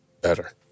better